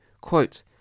Quote